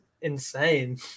insane